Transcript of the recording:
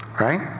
Right